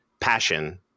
passion